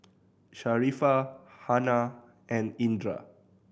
Sharifah Hana and Indra